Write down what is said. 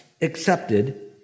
accepted